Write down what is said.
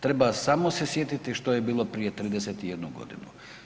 Treba samo se sjetiti što je bilo prije 31 godinu.